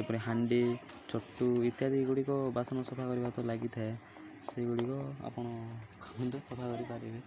ଯେପରି ହାଣ୍ଡି ଚଟୁ ଇତ୍ୟାଦି ଗୁଡ଼ିକ ବାସନ ସଫା କରିବା ତ ଲାଗିଥାଏ ସେଇଗୁଡ଼ିକ ଆପଣ ସଫା କରିପାରିବେ